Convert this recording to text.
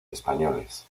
españoles